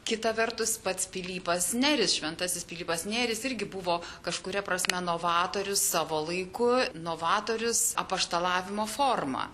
kita vertus pats pilypas nėris šventasis pilypas nėris irgi buvo kažkuria prasme novatorius savo laiku novatorius apaštalavimo forma